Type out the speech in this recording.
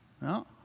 No